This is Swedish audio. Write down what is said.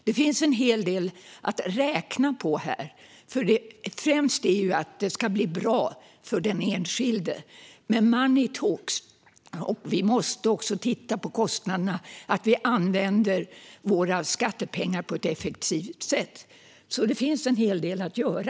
Det finns en hel del att räkna på här. Det främsta är att det ska bli bra för den enskilde, men money talks. Vi måste också titta på kostnaderna, så att vi använder våra skattepengar på ett effektivt sätt. Det finns alltså en hel del att göra.